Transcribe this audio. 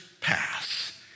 pass